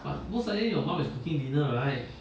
most likely you will give you know right